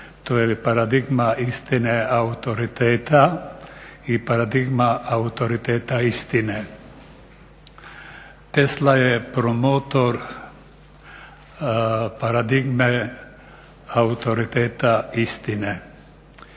to je paradigma istine autoriteta i paradigma autoriteta istine. Tesla je promotor paradigme autoriteta istine.